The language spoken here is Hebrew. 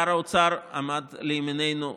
שר האוצר עמד לימיננו,